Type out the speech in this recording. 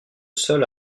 seul